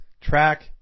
track